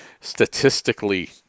statistically